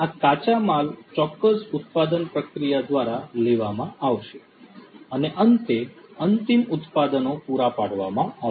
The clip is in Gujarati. આ કાચા માલ ચોક્કસ ઉત્પાદન પ્રક્રિયા દ્વારા લેવામાં આવશે અને અંતે અંતિમ ઉત્પાદનો પૂરા પાડવામાં આવશે